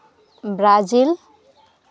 Brazil